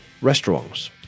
restaurants